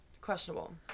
questionable